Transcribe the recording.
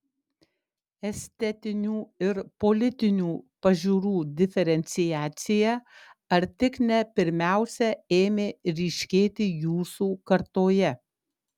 estetinių ir politinių pažiūrų diferenciacija ar tik ne pirmiausia ėmė ryškėti jūsų kartoje